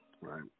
Right